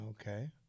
okay